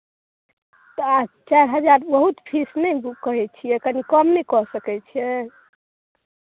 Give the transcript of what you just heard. तऽ आ चारि हजार बहुत फीस नहि कहै छियै कनी कम नहि कऽ सकै छियै